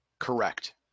Correct